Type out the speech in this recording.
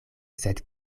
sed